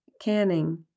canning